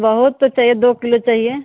बहुत तो चाहिए दो किलो चाहिए